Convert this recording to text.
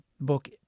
book